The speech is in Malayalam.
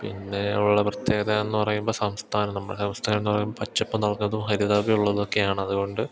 പിന്നെ ഉള്ള പ്രത്യേകത എന്ന് പറയുമ്പം സംസ്ഥാനം നമ്മുടെ സംസ്ഥാനം എന്ന് പറയുമ്പം പച്ചപ്പ് നൽകുന്നതും ഹരിതാഭയുള്ളത് ഒക്കെയാണ് അതുകൊണ്ട്